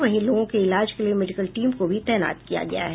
वहीं लोगों के इलाज के लिये मेडिकल टीम को भी तैनात किया गया है